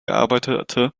arbeitete